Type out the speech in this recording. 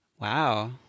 Wow